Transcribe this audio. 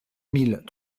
mille